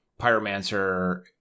Pyromancer